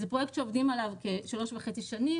זה פרויקט שעובדים עליו כשלוש וחצי שנים,